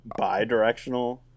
Bidirectional